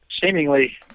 seemingly